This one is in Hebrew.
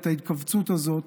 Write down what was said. את ההתכווצות הזאת,